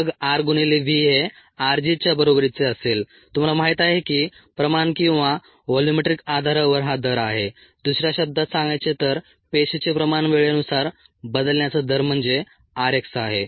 मग r गुणिले V हे r g च्या बरोबरीचे असेल तुम्हाला माहिती आहे की प्रमाण किंवा व्हॉल्यूमेट्रिक आधारावर हा दर आहे दुसऱ्या शब्दांत सांगायचे तर पेशीचे प्रमाण वेळेनुसार बदलण्याचा दर म्हणजे r x आहे